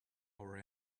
our